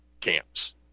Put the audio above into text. camps